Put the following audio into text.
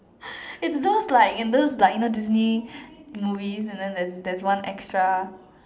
it those like in those like you know Disney movie and then there there's one extra